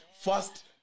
First